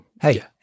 Hey